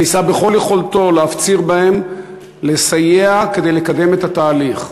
וניסה בכל יכולתו להפציר בהם לסייע כדי לקדם את התהליך.